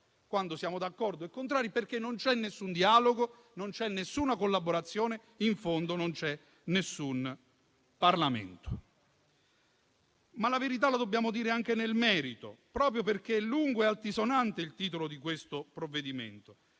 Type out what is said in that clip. quando siamo d'accordo o meno, perché non c'è nessun dialogo, non c'è nessuna collaborazione e, in definitiva, non c'è nessun Parlamento. La verità però dobbiamo dirla anche nel merito, proprio perché lungo e altisonante è il titolo di questo provvedimento